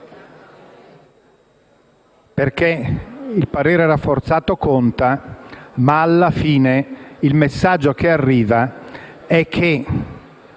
perché il parere rafforzato conta, ma, alla fine, il messaggio che arriva è che